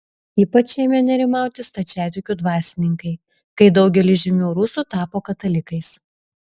ypač ėmė nerimauti stačiatikių dvasininkai kai daugelis žymių rusų tapo katalikais